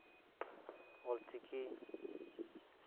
Ol Chiki